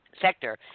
sector